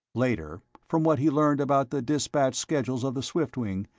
later, from what he learned about the dispatch schedules of the swiftwing,